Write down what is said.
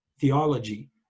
theology